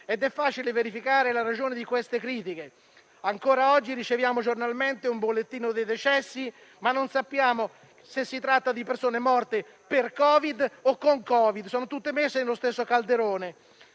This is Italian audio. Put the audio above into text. È facile verificare la ragione di queste critiche: ancora oggi riceviamo giornalmente un bollettino dei decessi, ma non sappiamo se si tratti di persone morte per Covid-19 o con Covid-19, tutte messe nello stesso calderone.